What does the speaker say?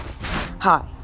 Hi